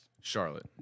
charlotte